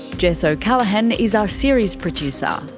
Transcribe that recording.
jess o'callaghan is our series producer,